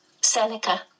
Seneca